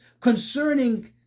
concerning